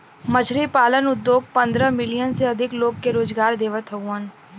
मछरी पालन उद्योग पंद्रह मिलियन से अधिक लोग के रोजगार देवत हउवन